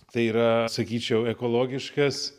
tai yra sakyčiau ekologiškas